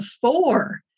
four